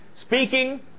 Speaking